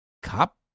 cup